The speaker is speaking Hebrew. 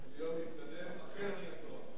אני לא מתנדב, אכן אני התורן.